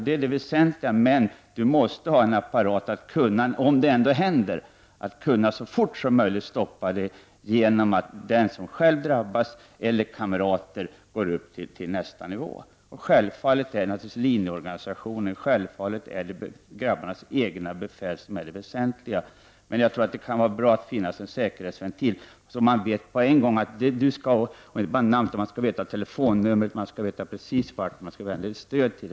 Det är det väsentliga, men det måste finnas en möjlighet — om mobbning ändå förekommer — att så fort som möjligt kunna stoppa mobbningen genom att den som själv drabbas eller hans kamrater kan gå till nästa nivå. Det är självfallet linjeorganisationen, grabbarnas egna befäl, som är det väsentliga, men jag tror att det kan vara bra om det finns en säkerhetsventil — som man inte bara känner till namnet på utan även telefonnumret till — så att man direkt vet vart man skall vända sig.